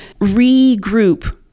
regroup